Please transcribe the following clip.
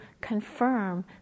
confirm